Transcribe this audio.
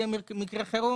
יהיה מקרה חירום